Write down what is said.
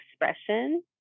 expression